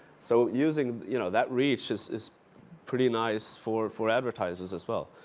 so using you know that reach is is pretty nice for for advertisers as well.